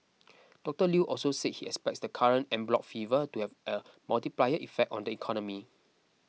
Doctor Lew also said he expects the current en bloc fever to have a multiplier effect on the economy